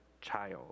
child